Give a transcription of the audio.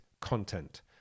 content